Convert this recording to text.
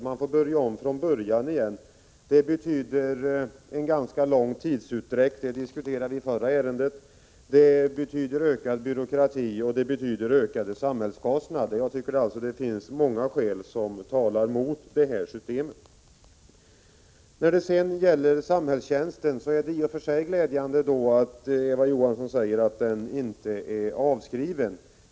Man får börja om från början igen, vilket betyder en ganska lång tidsutdräkt — det diskuterade vi i det förra ärendet —, en ökad byråkrati och ökade samhällskostnader. Jag tycker alltså det finns många skäl som talar mot det systemet. När det gäller samhällstjänsten är det i och för sig glädjande att Eva Johansson säger att denna inte är avskriven.